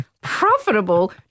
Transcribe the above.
profitable